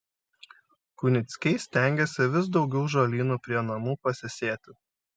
kunickiai stengiasi vis daugiau žolynų prie namų pasisėti